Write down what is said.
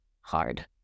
hard